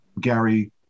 Gary